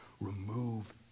remove